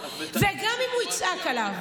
וגם אם הוא יצעק עליו,